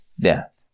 death